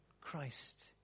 Christ